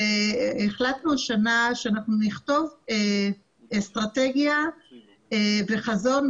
והחלטנו השנה שאנחנו נכתוב אסטרטגיה וחזון,